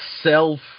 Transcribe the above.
self